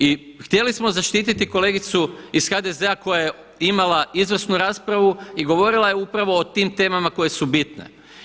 I htjeli smo zaštititi kolegicu iz HDZ-a koja je imala izvrsnu raspravu i govorila je upravo o tim temama koje su bitne.